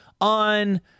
on